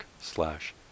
slash